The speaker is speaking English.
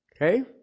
Okay